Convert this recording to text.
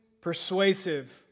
persuasive